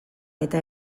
eta